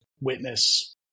witness